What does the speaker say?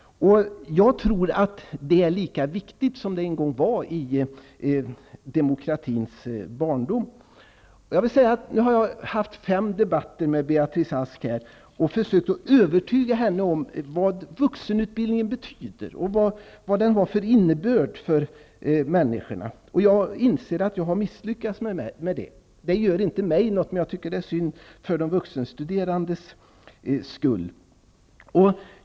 Jag tror att det är lika viktigt nu som det var en gång i demokratins barndom. Jag har haft fem debatter med Beatrice Ask där jag försökt övertyga henne om vad vuxenutbildningen betyder för människorna. Jag inser att jag har misslyckats. Det gör inte mig någonting, men det är synd för de vuxenstuderandes skull.